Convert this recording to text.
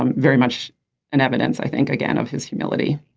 um very much in evidence i think again of his humility